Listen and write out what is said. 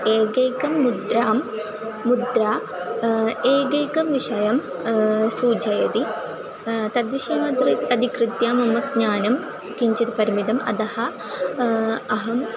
एकैकं मुद्रां मुद्रा एकैकं विषयं सूचयति तद्विषयम् अदृत् अधिकृत्य मम ज्ञानं किञ्चित् परिमितम् अतः अहं